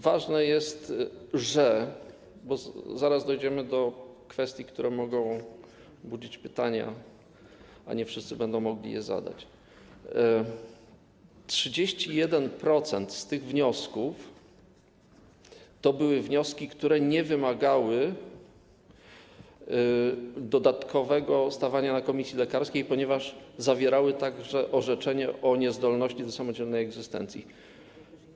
Ważne jest, że - zaraz dojdziemy do kwestii, które mogą nasuwać pytania, a nie wszyscy będą mogli je zadać - 31% tych wniosków to były wnioski, które nie wymagały dodatkowego stawania na komisji lekarskiej, ponieważ zawierały także orzeczenie o niezdolności do samodzielnej egzystencji.